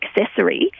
accessory